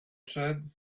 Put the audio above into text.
said